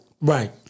Right